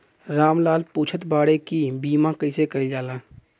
राम लाल पुछत बाड़े की बीमा कैसे कईल जाला?